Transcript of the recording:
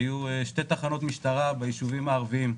היו שתי תחנות משטרה ביישובים הערביים,